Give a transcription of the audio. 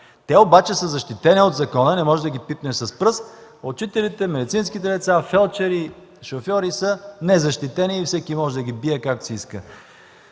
Те обаче са защитени от закона, не можеш да ги пипнеш с пръст – учителите, медицински лица, фелдшери, шофьори, са незащитени и всеки може да ги бие както си иска.